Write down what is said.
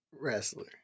Wrestler